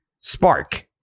spark